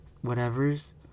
whatever's